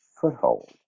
foothold